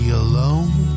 alone